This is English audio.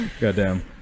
Goddamn